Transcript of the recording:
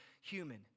human